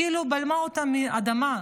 כאילו בלעה אותם האדמה.